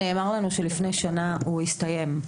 נאמר לנו שלפני שנה הוא הסתיים.